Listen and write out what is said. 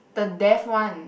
the death one